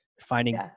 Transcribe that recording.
finding